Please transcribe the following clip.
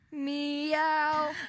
Meow